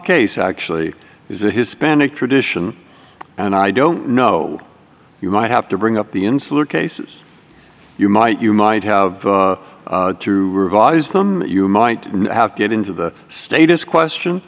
case actually is a hispanic tradition and i don't know you might have to bring up the insular cases you might you might have to revise them you might have get into the status question